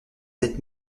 sept